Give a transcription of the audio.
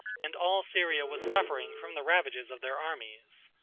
and all syria was suffering from the ravages of their armies.